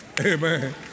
Amen